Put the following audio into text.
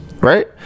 right